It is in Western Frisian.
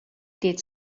dit